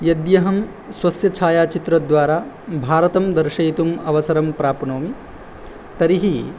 यद्यहं स्वस्य छायाचित्रद्वारा भारतं दर्शयितुम् अवसरं प्राप्नोमि तर्हि